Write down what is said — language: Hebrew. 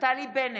נפתלי בנט,